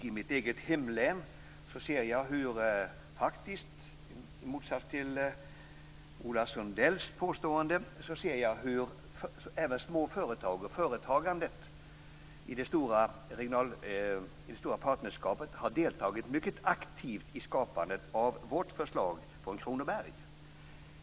I mitt eget hemlän ser jag, i motsats till det Ola Sundell påstod, hur även små företag och företagandet inom det stora partnerskapet har deltagit mycket aktivt i skapandet av det förslag som kommer från oss i Kronoberg.